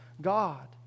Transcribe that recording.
God